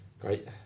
great